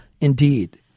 indeed